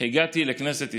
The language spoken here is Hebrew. הגעתי לכנסת ישראל.